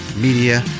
Media